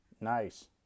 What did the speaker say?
nice